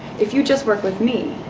if you just work with me,